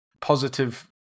positive